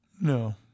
No